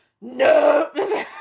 no